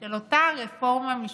של אותה רפורמה משפטית.